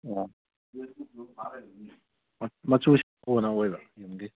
ꯑꯣ ꯃꯆꯨꯁꯤ ꯑꯣꯏꯕ ꯌꯨꯝꯗꯤ